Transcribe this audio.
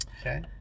Okay